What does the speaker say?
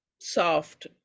soft